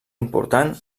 important